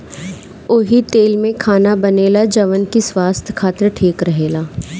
ओही तेल में खाना बनेला जवन की स्वास्थ खातिर ठीक रहेला